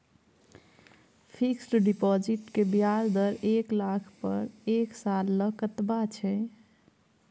Fixed deposit के ब्याज दर एक लाख पर एक साल ल कतबा इ?